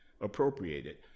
appropriated